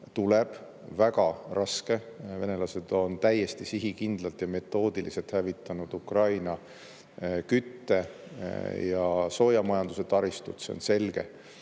tuleb väga raske. Venelased on täiesti sihikindlalt ja metoodiliselt hävitanud Ukraina kütte- ja soojamajanduse taristut, see on selge,